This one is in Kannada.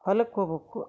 ಹೊಲಕ್ಕೆ ಹೋಗ್ಬಕು